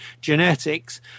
genetics